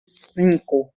cinco